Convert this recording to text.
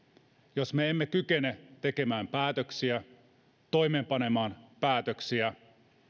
jos me emme kykene tekemään päätöksiä ja toimeenpanemaan päätöksiä